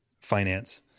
finance